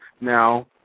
Now